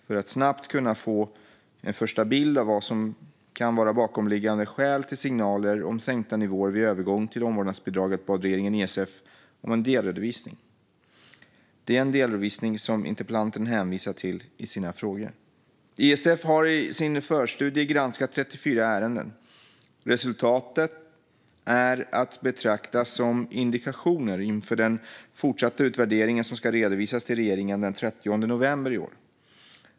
För att snabbt kunna få en första bild av vad som kan vara bakomliggande skäl till signaler om sänkta nivåer vid övergång till omvårdnadsbidraget bad regeringen ISF om en delredovisning, den delredovisning som interpellanten hänvisar till i sina frågor. ISF har i sin förstudie granskat 34 ärenden. Resultaten är att betrakta som indikationer inför den fortsatta utvärderingen, som ska redovisas till regeringen den 30 november i år.